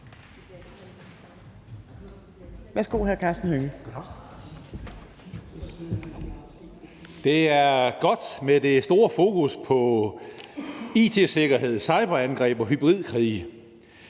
Det er godt med det store fokus på it-sikkerhed, cyberangreb og hybridkrige.